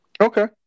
Okay